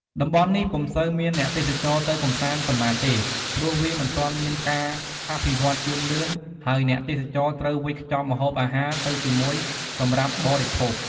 តំបន់នេះពុំសូវមានអ្នកទេសចរទៅកម្សាន្តប៉ុន្មានទេ ព្រោះវាមិនទាន់មានការអភិវឌ្ឍជឿនលឿន ហើយអ្នកទេសចរត្រូវវេចខ្ចប់ម្ហូបអាហារទៅជាមួយសម្រាប់បរិភោគ។